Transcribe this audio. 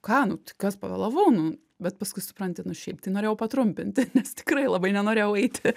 ką nu tai kas pavėlavau nu bet paskui supranti nu šiaip tai norėjau patrumpinti nes tikrai labai nenorėjau eiti